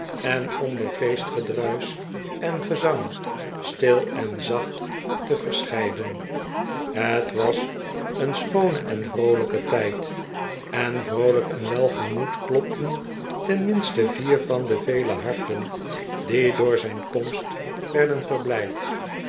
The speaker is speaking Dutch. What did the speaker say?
en onder feestgedruisch en gezang stil en zacht te verscheiden het was een schoone en vroolijke tijd en vroolijk en welgemoed klopten tenminste vier van de vele harten die door zijn komst werden verblijd